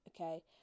okay